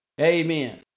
Amen